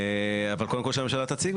אבל, קודם כל שהממשלה תציג,